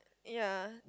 ya